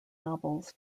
novels